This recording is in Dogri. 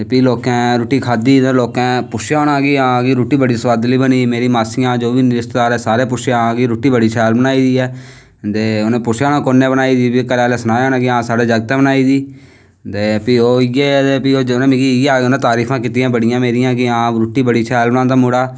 ते भी लोकें रुट्टी खाद्धी ते भी लोकें पुच्छेआ होना की रुट्टी बड़ी सोआदली बनी दी मेरी मासियें सारें पुच्छेआ की आं रुट्टी बड़ी शैल बनाई दी ऐ ते उनें पुच्छेआ होना की कुन्नै बनाई दी उनें दस्सेआ होना की साढ़े जागतै बनाई दी ते भी ओह् इ'यै कि उनें मेरी तारीफां कीत्तियां बड़ियां मेरियां की आं रुट्टी बड़ी शैल बनांदा मुड़ा